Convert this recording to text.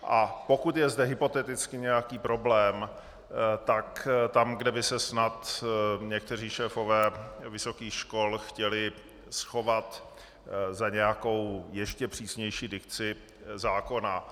A pokud je zde hypoteticky nějaký problém, tak tam, kde by se snad někteří šéfové vysokých škol chtěli schovat za nějakou ještě přísnější dikci zákona.